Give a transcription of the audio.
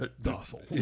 docile